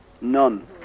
none